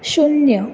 शुन्य